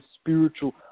spiritual